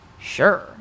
sure